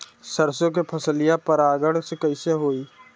सरसो के फसलिया परागण से कईसे होई?